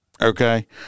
Okay